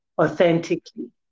authentically